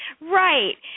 right